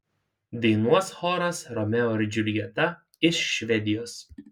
dainuos choras romeo ir džiuljeta iš švedijos